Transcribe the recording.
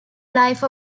life